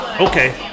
Okay